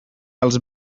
els